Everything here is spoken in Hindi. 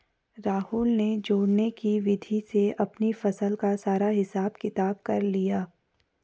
राहुल ने जोड़ने की विधि से अपनी फसल का सारा हिसाब किताब कर लिया